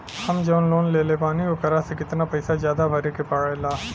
हम जवन लोन लेले बानी वोकरा से कितना पैसा ज्यादा भरे के पड़ेला?